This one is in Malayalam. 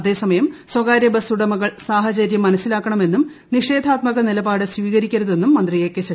അതേസമയം സ്വകാര്യ ബസ്സുടമകൾ സാഹചര്യം മനസിലാക്കണമെന്നും നിഷേധാത്മക നിലപാട് സ്വീകരിക്കരുതെ ന്നും മന്ത്രി എ കെ ശശീന്ദ്രൻ പറഞ്ഞു